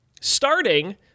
Starting